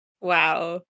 Wow